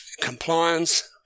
compliance